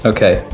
Okay